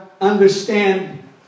understand